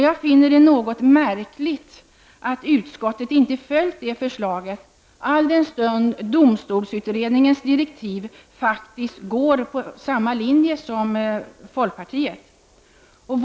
Jag finner det något märkligt att utskottet inte har följt det förslaget, all den stund domstolsutredningens direktiv faktiskt går på samma linje som folkpartiets förslag.